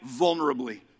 vulnerably